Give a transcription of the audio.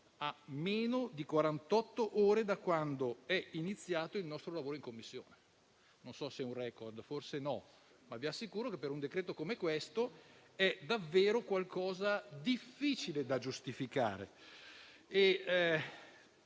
a meno di quarantotto ore da quando è iniziato il nostro lavoro in Commissione. Non so se è un record, forse no, ma vi assicuro che per un decreto come questo è davvero difficile da giustificare.